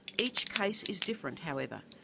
each case is different, however,